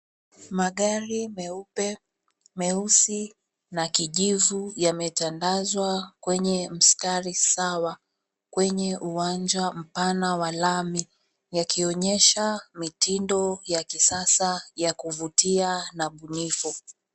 Magari meupe, meusi na kijivu yametandazwa kwenye mstari sawa kwenye uwanja mpana wa lami yakionyesha mitindo ya kisasa ya kuvutia na kunyifu.